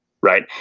right